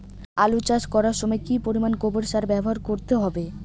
আলু চাষ করার সময় কি পরিমাণ গোবর সার ব্যবহার করতে হবে?